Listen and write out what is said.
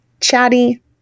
Chatty